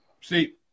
See